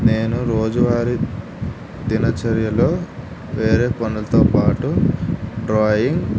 నేను రోజువారి దినచర్యలో వేరే పనులతో పాటు డ్రాయింగ్